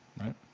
Right